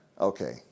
Okay